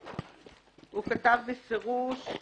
הוא כתב בפירוש :